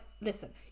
listen